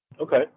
Okay